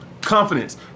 confidence